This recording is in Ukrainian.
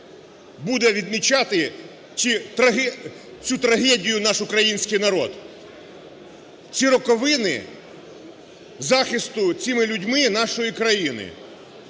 буде відмічати цю трагедію наш український народ, ціі роковини захисту цими людьми нашої країни.